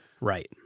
Right